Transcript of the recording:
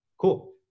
cool